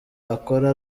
akora